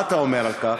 מה אתה אומר על כך?